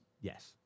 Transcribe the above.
Yes